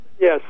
yes